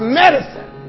medicine